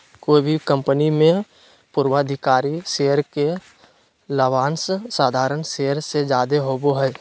कोय भी कंपनी मे पूर्वाधिकारी शेयर के लाभांश साधारण शेयर से जादे होवो हय